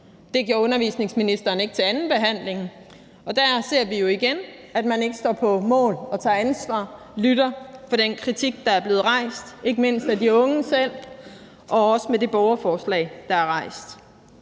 Det gjorde undervisningsministeren ikke til andenbehandlingen, og der ser vi jo igen, at man ikke står på mål for og tager ansvar for og lytter til den kritik, der er blevet rejst, ikke mindst af de unge selv, og det gælder også i forbindelse med det borgerforslag, der er rejst.